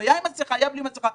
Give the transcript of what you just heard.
אם היה עם מסכה או לא היה עם מסכה,